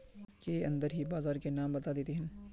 के अंदर ही औजार के नाम बता देतहिन?